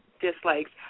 dislikes